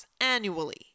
annually